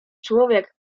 człowiek